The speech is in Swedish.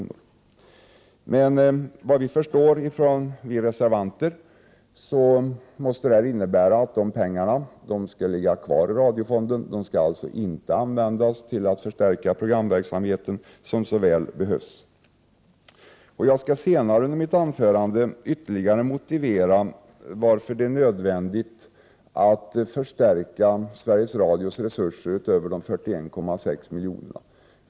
Vi reservanter förstår att detta måste innebära att pengarna skall ligga kvar i Radiofonden och inte användas för att förstärka programverksamheten, vilket så väl behövs. Jag skall senare i mitt anförande ytterligare motivera varför det är nödvändigt att förstärka Sveriges Radios resurser utöver de 41,6 miljonerna.